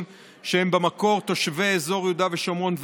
שהם במקור תושבי אזור יהודה ושומרון ועזה,